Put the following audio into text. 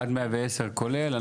עד 110, כולל.